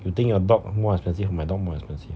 you think your dog more expensive or my dog more expensive